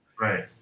right